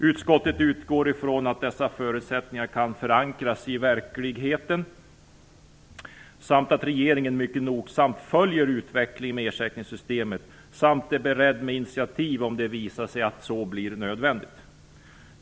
Utskottet utgår från att dessa förutsättningar kan förankras i verkligheten, att regeringen mycket nogsamt följer utvecklingen med ersättningssystemet och är beredd att ta initiativ om det visar sig vara nödvändigt.